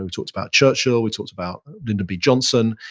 we talked about churchill, we talked about lyndon b. johnson,